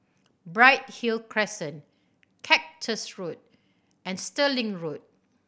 Bright Hill Crescent Cactus Road and Stirling Road